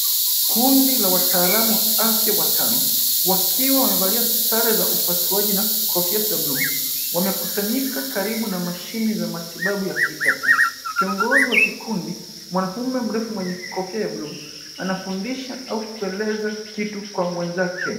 Kundi la wataalamu wa afya watano wakiwa wamevalia sare za upasuaji na kofia za buluu. Wamekusanyika karibu na mashini za matibabu ya kisasa. Kiongozi wa kikundi, mwanaume mrefu mwenye kofia ya buluu anafundisha au kueleza kitu kwa mwenzake.